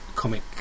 comic